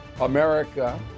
America